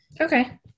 Okay